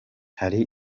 hari